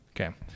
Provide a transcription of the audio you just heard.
Okay